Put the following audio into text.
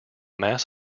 mass